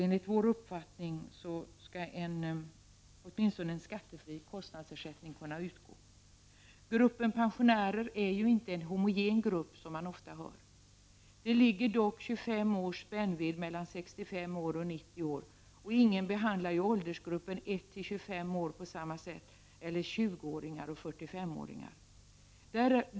Enligt vår uppfattning skall åtminstone en skattefri kostnadsersättning kunna utgå. Gruppen pensionärer är inte en homogen grupp, som man ofta hör. Det är dock 25 års spännvidd mellan 65 år och 90 år, och ingen behandlar ju dem i åldersgruppen 1-25 år eller 20-åringar och 45-åringar på samma sätt!